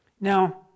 Now